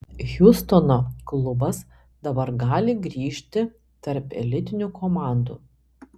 hjustono klubas dabar gali grįžti tarp elitinių komandų